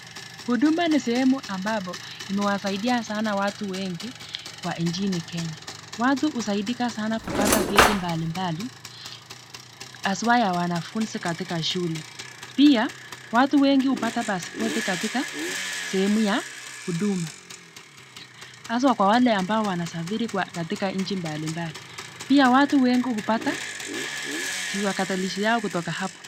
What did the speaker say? Huduma ni sehemu ambapo imewasaidia sana watu wengi kwa nchi hii Kenya. Watu husaidika sana kupata vieti mbalimbali haswa ya wanafunzi katika shule. Pia, watu wengi hupata paspoti katika sehemu ya huduma. Hasa kwa wale ambao wanasafiri katika nchi mbalimbali. Pia watu wengi hupata kiu Katalishi yao kutoka hapo.